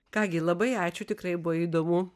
ką gi labai ačiū tikrai buvo įdomu